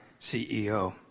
CEO